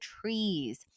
trees